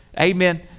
Amen